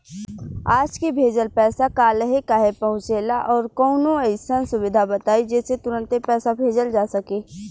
आज के भेजल पैसा कालहे काहे पहुचेला और कौनों अइसन सुविधा बताई जेसे तुरंते पैसा भेजल जा सके?